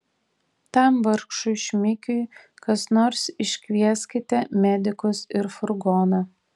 tam vargšui šmikiui kas nors iškvieskite medikus ir furgoną